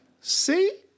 see